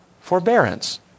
forbearance